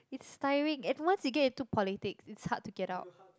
its tiring and once you get into politics it's hard to get out